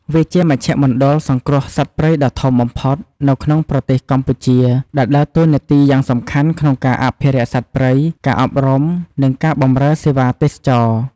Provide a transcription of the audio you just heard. វាជាមជ្ឈមណ្ឌលសង្គ្រោះសត្វព្រៃដ៏ធំបំផុតនៅក្នុងប្រទេសកម្ពុជា ដែលដើរតួនាទីយ៉ាងសំខាន់ក្នុងការអភិរក្សសត្វព្រៃ ការអប់រំ និងការបម្រើសេវាទេសចរណ៍។